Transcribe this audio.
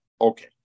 Okay